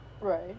right